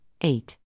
Eight